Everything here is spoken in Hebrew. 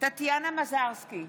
טטיאנה מזרסקי,